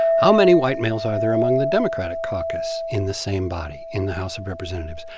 how many white males are there among the democratic caucus in the same body in the house of representatives?